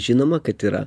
žinoma kad yra